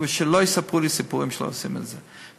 ושלא יספרו לי סיפורים שלא עושים את זה.